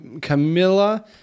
camilla